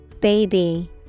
Baby